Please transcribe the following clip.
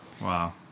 wow